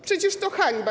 Przecież to hańba.